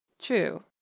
TRUE